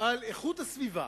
על איכות הסביבה